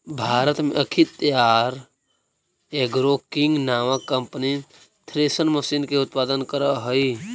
भारत में Akhtiyar agro king नामक company thresher machine के उत्पादन करऽ हई